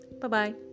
Bye-bye